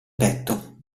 petto